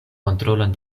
kontrolon